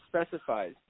specifies